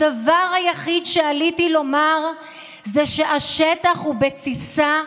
הדבר היחיד שעליתי לומר זה שהשטח בתסיסה.